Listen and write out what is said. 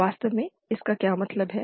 वास्तव में इसका क्या मतलब है